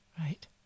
Right